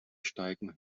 steigen